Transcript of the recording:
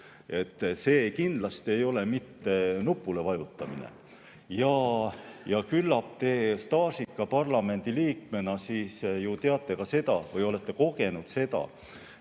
See kindlasti ei ole mitte nupule vajutamine. Ja küllap te staažika parlamendiliikmena ju teate ka seda või olete kogenud seda,